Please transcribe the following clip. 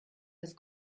das